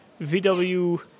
VW